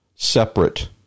Separate